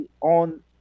on